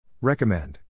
Recommend